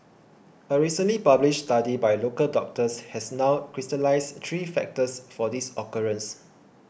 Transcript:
a recently published study by local doctors has now crystallised three factors for this occurrence